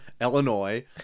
Illinois